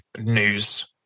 news